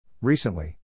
Recently